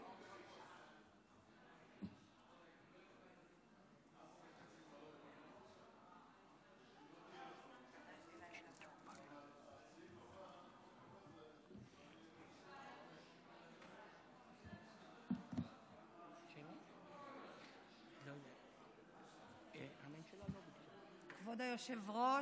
כבוד היושב-ראש,